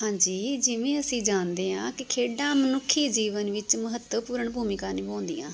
ਹਾਂਜੀ ਜਿਵੇਂ ਅਸੀਂ ਜਾਣਦੇ ਹਾਂ ਕਿ ਖੇਡਾਂ ਮਨੁੱਖੀ ਜੀਵਨ ਵਿੱਚ ਮਹੱਤਵਪੂਰਨ ਭੂਮਿਕਾ ਨਿਭਾਉਂਦੀਆਂ ਹਨ